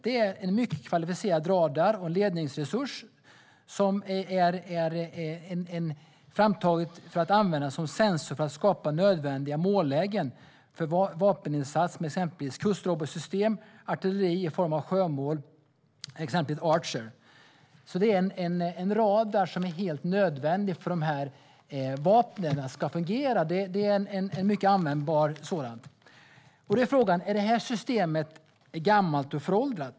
Det är en mycket kvalificerad radar och en ledningsresurs som är framtagen för att användas som sensor för att skapa nödvändiga mållägen för vapeninsats med exempelvis kustrobotsystem och artilleri i form av sjömål, till exempel Archer. Det är en radar som är helt nödvändig för att dessa vapen ska fungera - en mycket användbar sådan. Då är frågan: Är detta system gammalt och föråldrat?